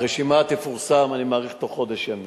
הרשימה תפורסם, אני מעריך, בתוך חודש ימים.